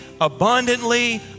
abundantly